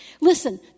Listen